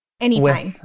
Anytime